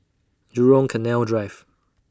Jurong Canal Drive